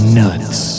nuts